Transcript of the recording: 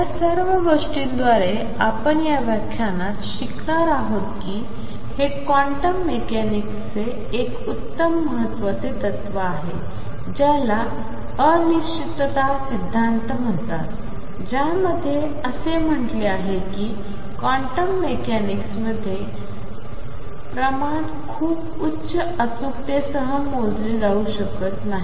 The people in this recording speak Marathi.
या सर्व गोष्टींद्वारे आपण या व्याख्यानात शिकणार आहोत की हे क्वांटम मेकॅनिक्सचे एक अत्यंत महत्त्वाचे तत्त्व आहे ज्याला अनिश्चितता सिद्धांत म्हणतात ज्यामध्ये असे म्हटले आहे की क्वांटम मेकॅनिक्समध्ये प्रमाण खूप उच्च अचूकतेसह मोजले जाऊ शकत नाही